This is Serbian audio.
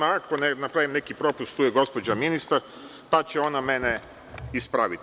Ako napravim neki propust, tu je gospođa ministar pa će ona mene ispraviti.